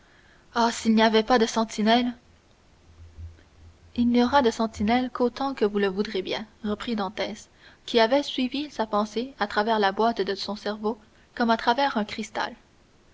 ah s'il n'y avait pas de sentinelle il n'y aura de sentinelle qu'autant que vous le voudrez bien reprit dantès qui avait suivi sa pensée à travers la boîte de son cerveau comme à travers un cristal